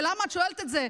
למה את שואלת את זה?